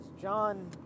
John